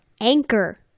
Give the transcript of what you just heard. anchor